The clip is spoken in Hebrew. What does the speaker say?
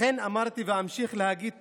אכן אמרתי, ואמשיך להגיד תמיד,